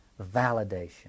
validation